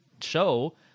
show